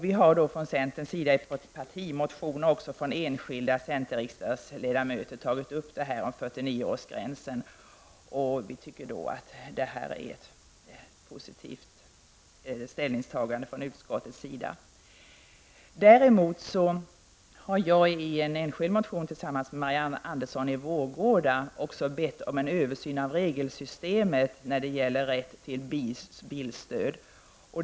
Vi har från centern i en partimotion, och även från enskilda centerriksdagsledamöter, tagit upp frågan om 49 årsgränsen. Vi tycker att det är ett positivt ställningstagande från utskottets sida. Däremot har jag i en enskild motion tillsammans med Marianne Andersson i Vårgårda bett om en översyn av regelsystemet när det gäller rätt till bilstöd.